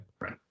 Right